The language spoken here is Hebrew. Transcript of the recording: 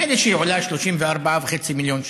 נדמה לי שהיא עולה 34.5 מיליון שקל.